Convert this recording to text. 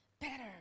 better